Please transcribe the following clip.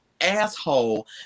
asshole